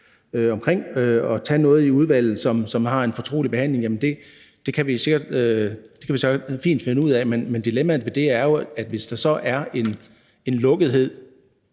til at tage noget i udvalget, som kræver en fortrolig behandling, så kan vi sikkert fint finde ud af det, men dilemmaet ved det er jo, at hvis der så er en lukkethed